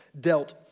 dealt